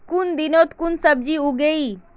कुन दिनोत कुन सब्जी उगेई?